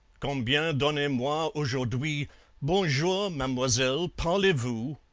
combien donnez moi aujourd'hui bonjour, mademoiselle, parlez voo.